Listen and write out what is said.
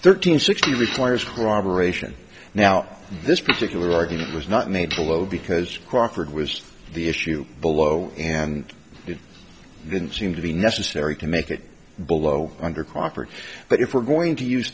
thirteen sixty requires corroboration now this particular argument was not made below because crawford was the issue below and it didn't seem to be necessary to make it below under crawford but if we're going to use